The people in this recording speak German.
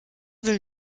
will